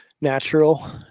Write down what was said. natural